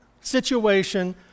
situation